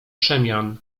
przemian